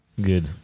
good